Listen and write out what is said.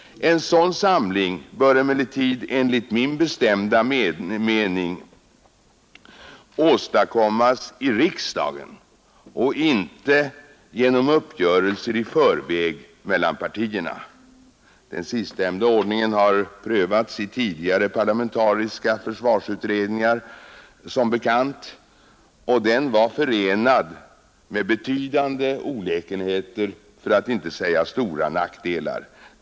En sådan samling bör emellertid enligt min bestämda uppfattning åstadkommas av riksdagen och inte genom uppgörelser i förväg mellan partierna. Den sistnämnda ordningen har som bekant prövats i tidigare parlamentariska försvarsutredningar, och den var förenad med betydande olägenheter för att inte säga stora nackdelar.